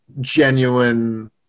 genuine